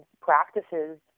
practices